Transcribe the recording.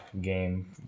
game